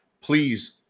please